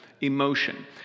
emotion